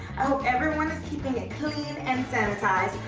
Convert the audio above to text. i hope everyone is keeping ah clean and sanitized.